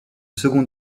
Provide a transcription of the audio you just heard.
second